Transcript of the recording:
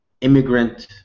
immigrant